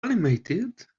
animated